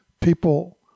people